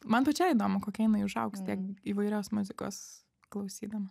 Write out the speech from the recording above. man pačiai įdomu kokia jinai užaugs tiek įvairios muzikos klausydama